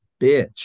bitch